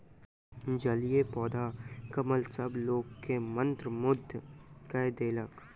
जलीय पौधा कमल सभ लोक के मंत्रमुग्ध कय देलक